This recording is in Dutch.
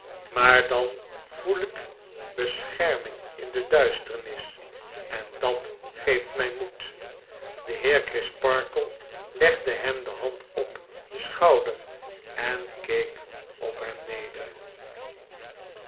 maar dan voel ik bescherming in de duisternis en dat geeft my moed de heer crisparkle legde hem de hand op den schouder en keek op hem neder